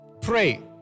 Pray